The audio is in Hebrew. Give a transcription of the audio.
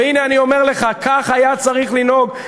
והנה אני אומר לך, כך היה צריך לנהוג.